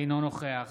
אינו נוכח